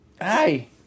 Hi